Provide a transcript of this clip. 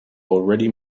already